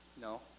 No